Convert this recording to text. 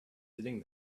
sitting